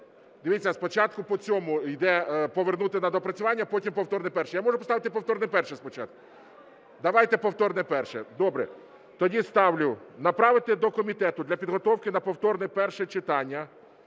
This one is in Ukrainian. Дивіться, спочатку по цьому йде повернути на доопрацювання, а потім повторне перше. Я можу поставити повторне перше спочатку. Давайте повторне перше, добре. Тоді ставлю направити до комітету для підготовки на повторне перше читання